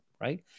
right